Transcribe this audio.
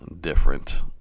different